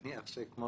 אני מניח שכמו